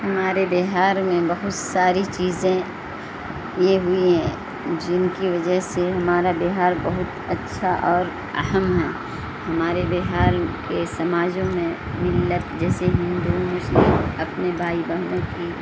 ہمارے بہار میں بہت ساری چیزیں یہ ہوئی ہیں جن کی وجہ سے ہمارا بہار بہت اچھا اور اہم ہے ہمارے بہار کے سماجوں میں ملت جیسے ہندو مسلم اپنے بھائی بہنوں کی